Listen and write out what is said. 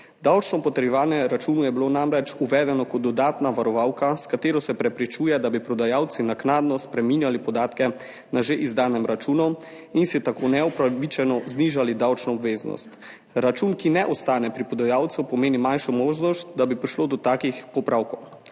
Davčno potrjevanje računov je bilo namreč uvedeno kot dodatna varovalka, s katero se preprečuje, da bi prodajalci naknadno spreminjali podatke na že izdanem računu in si tako neupravičeno znižali davčno obveznost. Račun, ki ne ostane pri prodajalcu, pomeni manjšo možnost, da bi prišlo do takih popravkov.